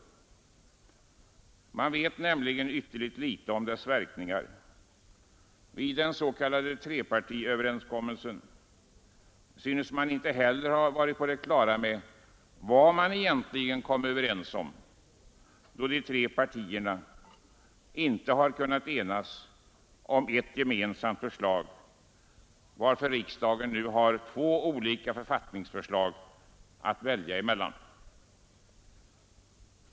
Man vet nämligen ytterligt litet om dess verkningar. Vid den s.k. trepartiöverenskommelsen synes man inte heller ha varit på det klara med vad man egentligen kom överens om, då de tre partierna inte har kunnat enas om ett gemensamt förslag, varför riksdagen nu har två olika författningsförslag att välja emellan.